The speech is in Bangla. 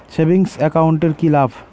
সেভিংস একাউন্ট এর কি লাভ?